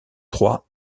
trois